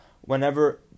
whenever